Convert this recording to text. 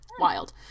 wild